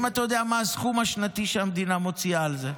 האם אתה יודע מה הסכום השנתי שהמדינה מוציאה על זה?